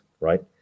right